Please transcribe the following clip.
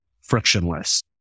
frictionless